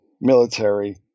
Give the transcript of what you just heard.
military